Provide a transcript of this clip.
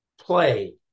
Play